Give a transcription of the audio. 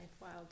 wild